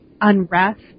unrest